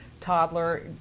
toddler